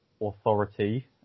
Authority